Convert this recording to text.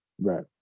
Right